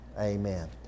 Amen